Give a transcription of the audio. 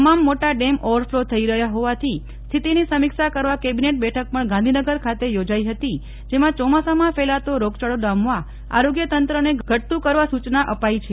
તમામ મોટા dam overflow થઈ રહ્યા હોવાથી સ્થિતીની સમીક્ષા કરવા કેબીનેટ બેઠક પણ ગાંધીનગર ખાતે યોજાઈ હતી જેમાં ચોમાસામાં ફેલાતો રોગચાળો ડામવા આરોગ્ય તંત્રને ઘટતું કરવા સૂચના અપાઈ છે